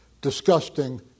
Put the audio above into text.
disgusting